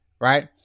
right